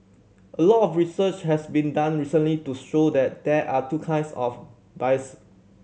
a lot of research has been done recently to show that there are two kinds of bias